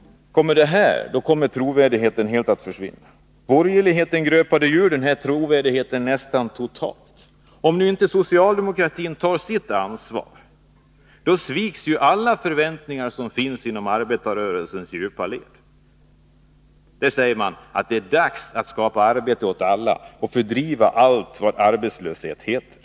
Blir det så, kommer trovärdigheten helt att försvinna. Borgerligheten gröpte ju nästan totalt ur trovärdigheten. Om inte socialdemokratin nu tar sitt ansvar sviks alla de förväntningar som finns inom arbetarrörelsens djupa led. Där säger man att det är dags att skapa arbete åt alla och fördriva allt vad arbetslöshet heter.